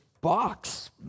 box